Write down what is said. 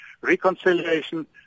Reconciliation